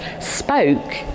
spoke